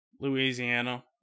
Louisiana